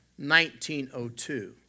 1902